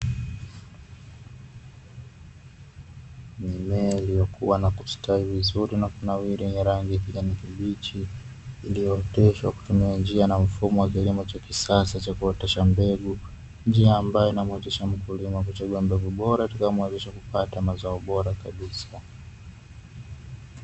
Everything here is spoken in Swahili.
Mimea iliyokua, na kustawi vizuri na kunawiri yenye rangi ya kijani kibichi, iliyooteshwa kwa kutumia njia na mfumo wa kilimo cha kisasa cha kuotesha mbegu. Njia ambayo inamuwezesha mkulima kuchagua mbegu bora itakayomuwezesha kupata mazao bora kabisa.